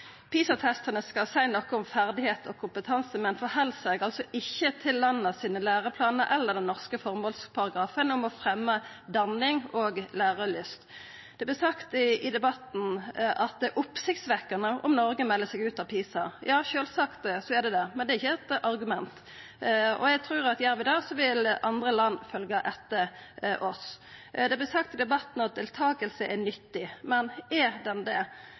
PISA-testane skal seia noko om ferdigheit og kompetanse, men held seg ikkje til landa sine læreplanar eller den norske formålsparagrafen om å fremja «danning og lærelyst». Det vert sagt i debatten at det er oppsiktsvekkjande om Noreg melder seg ut av PISA. Ja, sjølvsagt er det det, men det er ikkje eit argument. Eg trur at gjer vi det, vil andre land følgja etter oss. Det vert sagt i debatten at deltaking er nyttig, men er ho det?